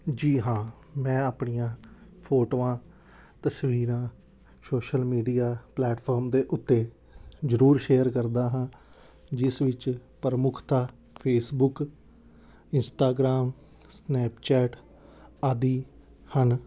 ਜੀ ਹਾਂ ਮੈਂ ਆਪਣੀਆਂ ਫੋਟੋਆਂ ਤਸਵੀਰਾਂ ਸ਼ੋਸ਼ਲ ਮੀਡੀਆ ਪਲੈਟਫਾਰਮ ਦੇ ਉੱਤੇ ਜ਼ਰੂਰ ਸ਼ੇਅਰ ਕਰਦਾ ਹਾਂ ਜਿਸ ਵਿੱਚ ਪ੍ਰਮੁੱਖਤਾ ਫੇਸਬੁੱਕ ਇੰਸਟਾਗ੍ਰਾਮ ਸਨੈਪਚੈਟ ਆਦਿ ਹਨ